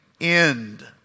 end